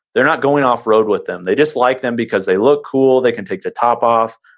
they're not going off-road with them. they just like them because they look cool, they can take the top off,